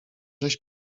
żeś